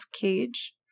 cage